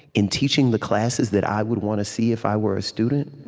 in teaching the classes that i would want to see if i were a student,